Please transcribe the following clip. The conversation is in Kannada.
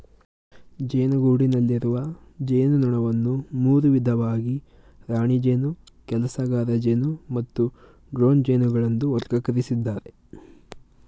ಜೇನುಗೂಡಿನಲ್ಲಿರುವ ಜೇನುನೊಣವನ್ನು ಮೂರು ವಿಧವಾಗಿ ರಾಣಿ ಜೇನು ಕೆಲಸಗಾರಜೇನು ಮತ್ತು ಡ್ರೋನ್ ಜೇನುಗಳೆಂದು ವರ್ಗಕರಿಸಿದ್ದಾರೆ